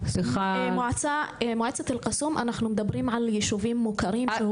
מועצת אל קסום אנחנו מדברים על ישובים מוכרים.